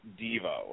Devo